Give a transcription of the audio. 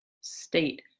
state